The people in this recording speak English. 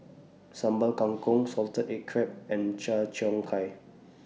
Sambal Kangkong Salted Egg Crab and Cheong Gai